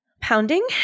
pounding